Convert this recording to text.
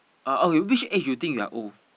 uh okay which age you think you're old